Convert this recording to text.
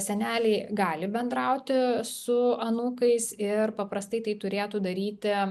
seneliai gali bendrauti su anūkais ir paprastai tai turėtų daryti